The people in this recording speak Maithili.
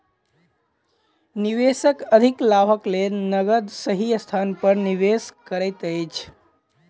निवेशक अधिक लाभक लेल नकद सही स्थान पर निवेश करैत अछि